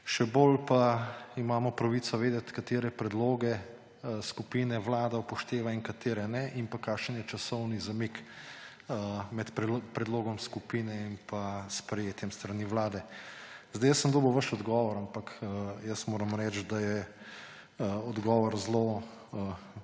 še bolj pa imamo pravico vedeti, katere predloge skupine vlada upošteva in katere ne in kakšen je časovni zamik med predlogom skupine in sprejetjem s strani vlade. Jaz sem dobil vaš odgovor, ampak jaz moram reči, da je odgovor zelo